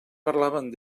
parlaven